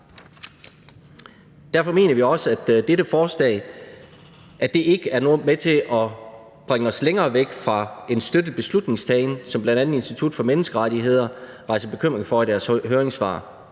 Derfor mener vi også, at dette forslag ikke er med til at bringe os længere væk fra en støttet beslutningstagning, som bl.a. Institut for Menneskerettigheder rejser bekymring for i deres høringssvar,